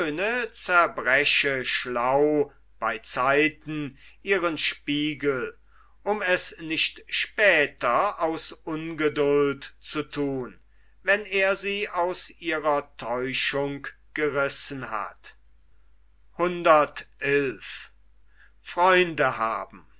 zerbreche schlau bei zeiten ihren spiegel um es nicht später aus ungeduld zu thun wann er sie aus ihrer täuschung gerissen hat